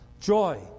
Joy